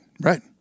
right